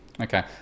Okay